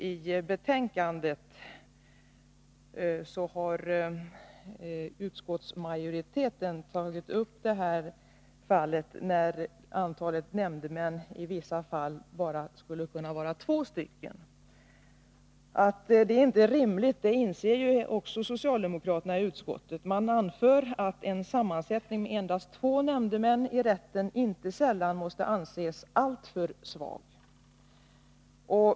I betänkandet har utskottsmajoriteten tagit upp det fall när antalet nämndemän skulle kunna vara bara två. Det är inte rimligt, och det inser också socialdemokraterna i utskottet. De anför att en sammansättning med endast två nämndemän i rätten inte sällan måste anses alltför svag.